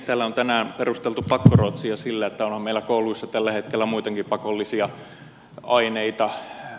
täällä on tänään perusteltu pakkoruotsia sillä että onhan meillä kouluissa tällä hetkellä muitakin pakollisia aineita